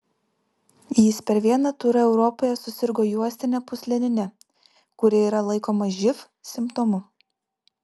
jis per vieną turą europoje susirgo juostine pūsleline kuri yra laikoma živ simptomu